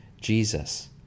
Jesus